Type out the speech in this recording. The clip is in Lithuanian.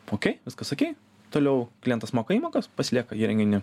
okei viskas okei toliau klientas moka įmokas pasilieka įrenginį